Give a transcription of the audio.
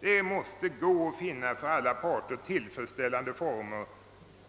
Det måste gå att finna för alla parter tillfredsställande former